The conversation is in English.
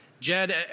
Jed